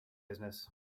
business